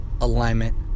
alignment